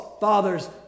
fathers